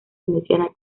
veneciana